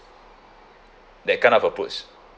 that kind of approach